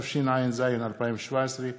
התשע"ז 2017,